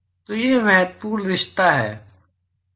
तो यह एक महत्वपूर्ण रिश्ता है